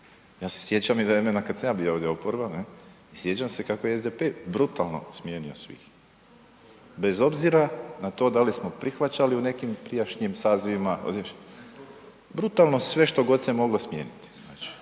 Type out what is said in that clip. Ja se sjećam vremena kad sam ja bio ovdje oporba, ne, i sjećam se kako je SDP brutalno smijenio svih. Bez obzira na to da li smo prihvaćali u nekim prijašnjim sazivima, brutalno sve što god se moglo smijeniti.